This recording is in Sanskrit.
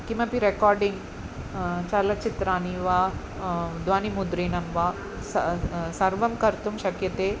किमपि रेकार्डिङ्ग् चलनचित्राणि वा ध्वनिमुद्रणं वा स सर्वं कर्तुं शक्यते